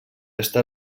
està